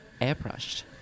airbrushed